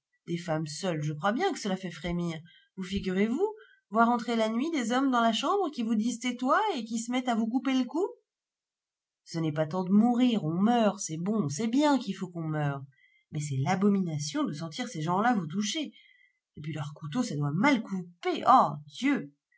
des femmes seules je crois bien que cela fait frémir vous figurez-vous voir entrer la nuit des hommes dans la chambre qui vous disent tais-toi et qui se mettent à vous couper le cou ce n'est pas tant de mourir on meurt c'est bon on sait bien qu'il faut qu'on meure mais c'est l'abomination de sentir ces gens-là vous toucher et puis leurs couteaux ça doit mal couper ah dieu